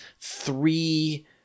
three